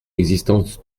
existence